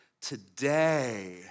Today